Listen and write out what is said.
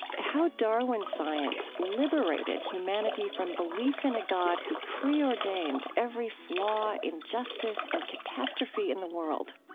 how darwin's science liberated humanity from belief in a god who preordained every flaw, injustice, and catastrophe in the world.